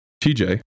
TJ